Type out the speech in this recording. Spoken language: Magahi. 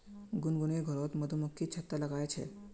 गुनगुनेर घरोत मधुमक्खी छत्ता लगाया छे